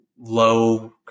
low